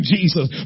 Jesus